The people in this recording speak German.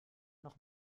noch